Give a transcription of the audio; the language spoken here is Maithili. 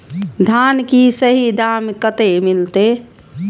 धान की सही दाम कते मिलते?